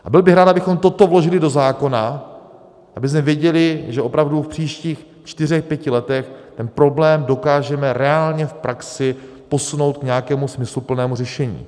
A byl bych rád, abychom toto vložili do zákona, abychom věděli, že opravdu v příštích čtyřech pěti letech ten problém dokážeme reálně v praxi posunout k nějakému smysluplnému řešení.